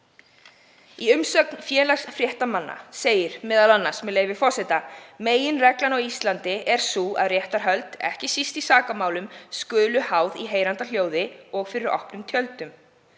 Í umsögn Félags fréttamanna segir m.a., með leyfi forseta: „Meginreglan á Íslandi er sú að réttarhöld, ekki síst í sakamálum, skulu háð í heyranda hljóði og fyrir opnum tjöldum.